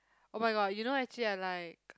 oh-my-god you know actually I like